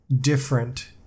different